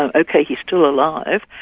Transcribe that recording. and okay, he's still alive,